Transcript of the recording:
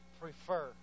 Prefer